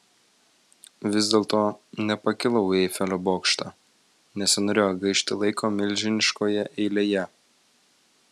vis dėlto nepakilau į eifelio bokštą nesinorėjo gaišti laiko milžiniškoje eilėje